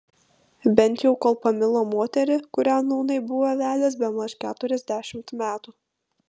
bent jau kol pamilo moterį kurią nūnai buvo vedęs bemaž keturiasdešimt metų